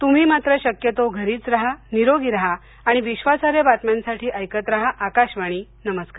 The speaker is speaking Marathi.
तुम्ही मात्र शक्यतो घरीच राहा निरोगी राहा आणि विश्वासार्ह बातम्यांसाठी ऐकत राहा आकाशवाणी नमस्कार